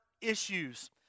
issues